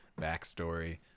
backstory